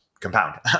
compound